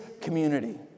community